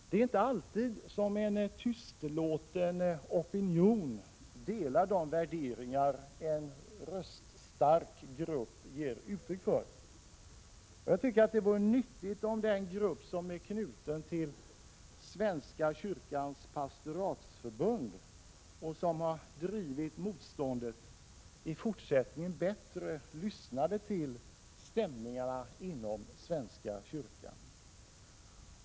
Det är inte alltid som en tystlåten opinion delar de värderingar en röststark grupp ger uttryck för. Jag tycker att det vore nyttigt om den grupp, som är knuten till Svenska kyrkans församlingsoch pastoratsförbund och som har drivit motståndet, i fortsättningen bättre lyssnade till stämningarna inom svenska kyrkan.